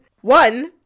One